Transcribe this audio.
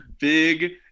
Big